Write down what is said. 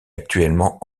actuellement